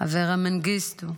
אברה מנגיסטו,